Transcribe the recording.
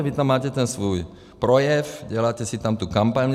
Vy tam máte ten svůj projev, děláte si tam kampaň.